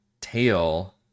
tail